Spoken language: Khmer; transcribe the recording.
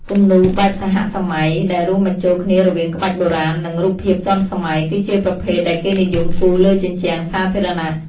គំនូរ បែបសហសម័យ ដែលរួមបញ្ចូលគ្នារវាងក្បាច់បុរាណ និងរូបភាពទាន់សម័យ គឺជាប្រភេទដែលគេនិយមគូរលើជញ្ជាំងសាធារណៈ។